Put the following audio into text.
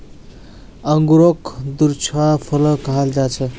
अन्गूरोक द्राक्षा फलो कहाल जाहा